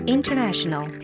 International